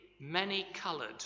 many-coloured